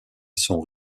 sont